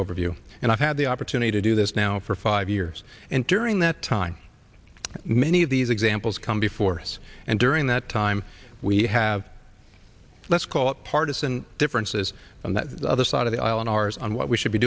overview and i've had the opportunity to do this now for five years and during that time many of these examples come before us and during that time we have let's call it partisan differences on that other side of the aisle on ours on what we should be